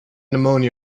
pneumonia